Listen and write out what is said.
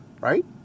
Right